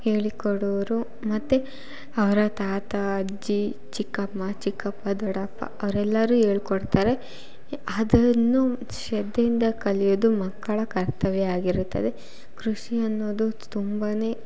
ಹೇಳಿಕೊಡೋರು ಮತ್ತು ಅವರ ತಾತ ಅಜ್ಜಿ ಚಿಕ್ಕಮ್ಮ ಚಿಕ್ಕಪ್ಪ ದೊಡ್ಡಪ್ಪ ಅವರಲ್ಲಾರು ಹೇಳ್ಕೊಡ್ತಾರೆ ಅದನ್ನು ಶ್ರದ್ಧೆಯಿಂದ ಕಲಿಯೋದು ಮಕ್ಕಳ ಕರ್ತವ್ಯ ಆಗಿರುತ್ತದೆ ಕೃಷಿ ಅನ್ನೋದು ತುಂಬ